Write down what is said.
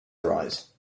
arise